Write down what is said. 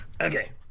Okay